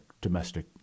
domestic